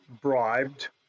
bribed